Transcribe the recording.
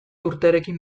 urterekin